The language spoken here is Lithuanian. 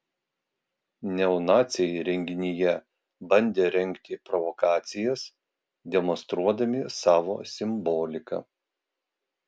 neonaciai renginyje bandė rengti provokacijas demonstruodami savo simboliką